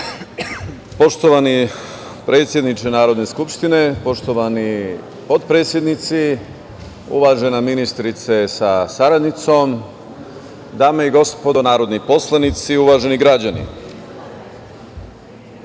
Poštovani predsedniče Narodne skupštine, poštovani potpredsednici, uvažena ministrice sa saradnicom, dame i gospodo narodni poslanici, uvaženi građani,